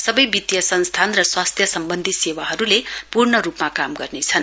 सवै वित्तीय संस्थान र स्वास्थ्य सम्वन्धी सेवाहरुले पूर्ण रुपले काम गर्नेछन्